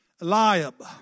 Eliab